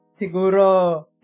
Siguro